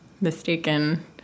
mistaken